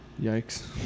Yikes